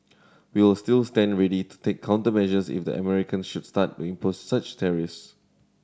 we will still stand ready to take countermeasures if the Americans should start to impose such tariffs